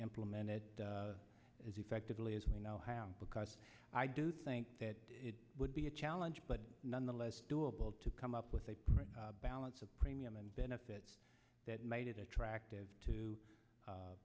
implemented as effectively as we now have because i do think that it would be a challenge but nonetheless doable to come up with a balance of premium and benefit that made it attractive to